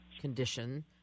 condition